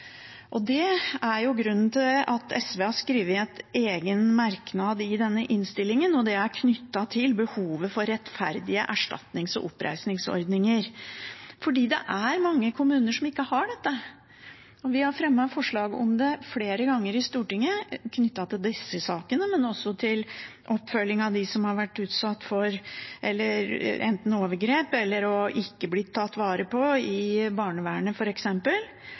er grunnen til at SV har skrevet en egen merknad i denne innstillingen. Det er knyttet til behovet for rettferdige erstatnings- og oppreisningsordninger, for det er mange kommuner som ikke har det. Vi har fremmet forslag om det flere ganger i Stortinget knyttet til disse sakene, men også knyttet til oppfølging av dem som har vært utsatt for overgrep eller for ikke å ha blitt vare på i barnevernet